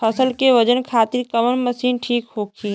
फसल के वजन खातिर कवन मशीन ठीक होखि?